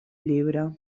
llibre